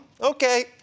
Okay